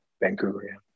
Vancouver